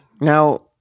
Now